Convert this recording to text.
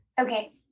Okay